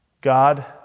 God